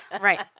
Right